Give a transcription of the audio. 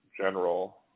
General